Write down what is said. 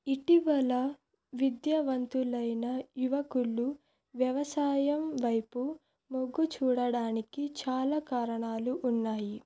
ఇటీవల విద్యావంతులైన యువకులు వ్యవసాయం వైపు మొగ్గు చూపడానికి చాలా కారణాలు ఉన్నాయి